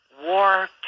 war